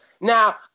now